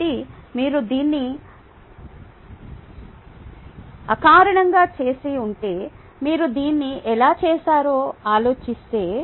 కాబట్టి మీరు దీన్ని అకారణంగా చేసి ఉంటే మీరు దీన్ని ఎలా చేశారో ఆలోచిస్తే